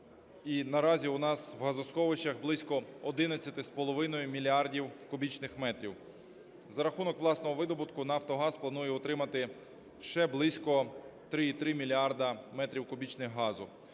наразі у нас в газосховищах близько 11,5 мільярда кубічних метрів. За рахунок власного видобутку, Нафтогаз планує отримати ще близько 3,3 мільярда метрів кубічних газу